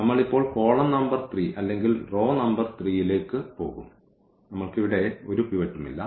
നമ്മൾ ഇപ്പോൾ column number 3 അല്ലെങ്കിൽ റോ നമ്പർ 3 യിലേക്ക് പോകും നമ്മൾക്ക് ഇവിടെ ഒരു പിവറ്റും ഇല്ല